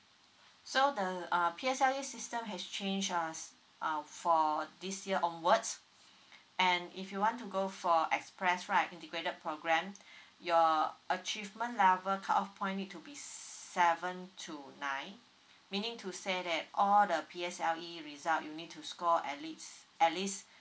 so the uh P_S_L_E system has change uh uh for this year onwards and if you want to go for express right integrated program your achievement level cut off point need to be seven to nine meaning to say that all the P_S_L_E result you need to score at least at least